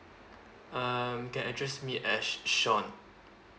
um can address me as sean